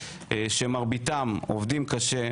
שמרביתם עובדים קשה,